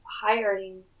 hiring